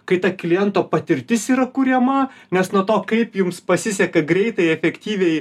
kai ta kliento patirtis yra kuriama nes nuo to kaip jums pasiseka greitai efektyviai